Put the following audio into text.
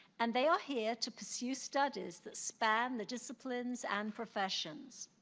and they are here to pursue studies that span the disciplines and professions.